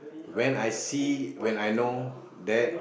when I see when I know that